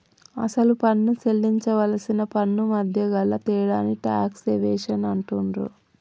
అసలు పన్ను సేల్లించవలసిన పన్నుమధ్య గల తేడాని టాక్స్ ఎవేషన్ అంటుండ్రు